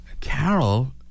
Carol